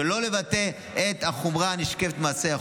שלא לבטא את החומרה הנשקפת מהמעשה".